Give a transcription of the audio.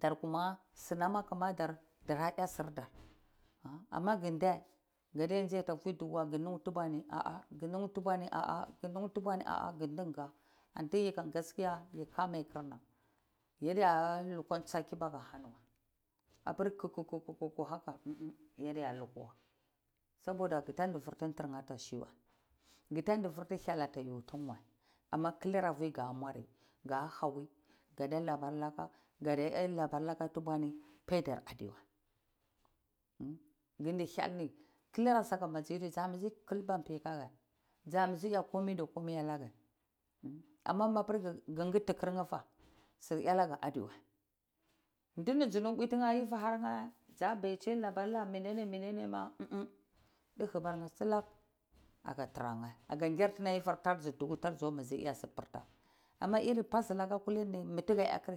dar kuma sina kwa kamida amma ku da kade tsiakwa fibukuwa ku nu dubuani a a antu yini kas kiya yikanai kirna yadaya luka jsa kibaku haniwa d abir kir ku ku hau sabuta ke ruke mujinyawa, kadesini firtu hyel a wutiyiwa kular fi kamuari kada labar laka kada labar laka tubuani baitarra tuwa, hyel nkusi basiyedo wara sakabibiji kita bihihaka sa bisa a kameda kome laka amma bahr kodu kiryi fa su alaka duwa durwa su muava uwu tiye evi harkye umm duhubarkye trakye kirti ni sutuku dar sa bisi ati birta aba ilv basilakani mitiku a ku.